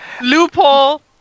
Loophole